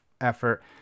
effort